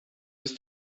ist